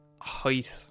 Height